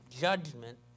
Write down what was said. judgment